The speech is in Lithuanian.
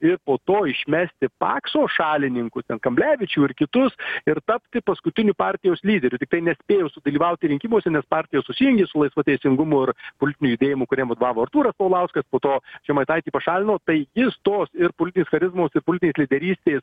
ir po to išmesti pakso šalininkus ten kamblevičių ir kitus ir tapti paskutiniu partijos lyderiu tiktai nespėjo sudalyvauti rinkimuose nes partijos susijungė su laisvu teisingumu ir politiniu judėjimu kuriem vadovavo artūras paulauskas po to žemaitaitį pašalino tai jis tos ir politinės charizmos ir politinės lyderystės